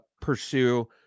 pursue